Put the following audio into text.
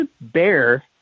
bear